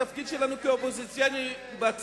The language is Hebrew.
את התפקיד שלנו כאופוזיציה בצד,